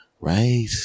right